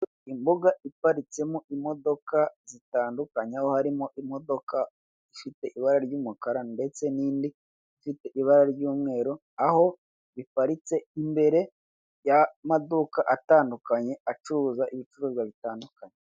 Imbuga iparitsemo imodoka zitandukanye aho harimo imodoka ifite ibara ry'umukara ndetse n'indi ifite ibara ry'umweru, aho biparitse imbere y'amaduka atandukanye acuruza ibicuruzwa bitandukanye.